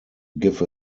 give